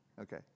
Okay